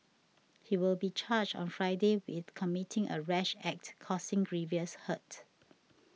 he will be charged on Friday with committing a rash act causing grievous hurt